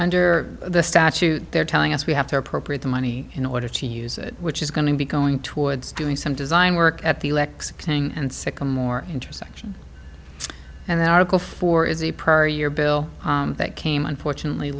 under the statute they're telling us we have to appropriate the money in order to use it which is going to be going towards doing some design work at the lex and sycamore intersection and the article four is a per year bill that came unfortunately